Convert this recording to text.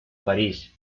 parís